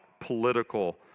political